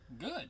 Good